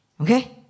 Okay